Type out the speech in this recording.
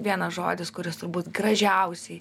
vienas žodis kuris turbūt gražiausiai